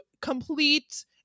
complete